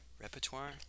repertoire